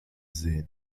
sähen